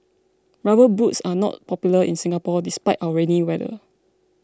rubber boots are not popular in Singapore despite our rainy weather